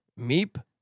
Meep